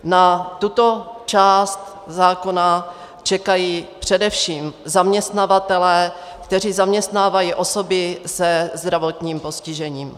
Na tuto část zákona čekají především zaměstnavatelé, kteří zaměstnávají osoby se zdravotním postižením.